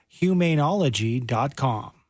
humanology.com